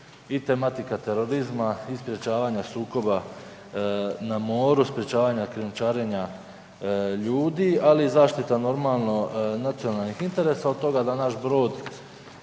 i tematika terorizma i sprečavanja sukoba na moru, sprečavanja krijumčarenja ljudi, ali i zaštita nacionalnih interesa od toga da naš brod,